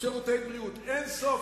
שירותי בריאות, אין סוף.